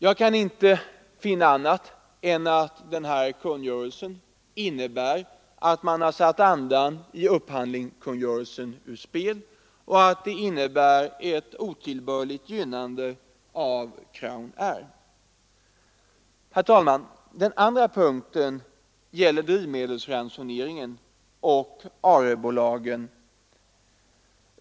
Jag kan inte finna annat än att kungörelsen innebär att man har satt andan i upphandlingskungörelsen ur spel och att den innebär ett otillbörligt gynnande av Crownair. Herr talman! Den andra punkten gäller drivmedelsransoneringen och ARE-bolagen.